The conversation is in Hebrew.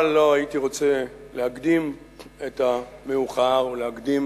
אבל לא הייתי רוצה להקדים את המאוחר ולהקדים